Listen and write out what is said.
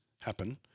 happen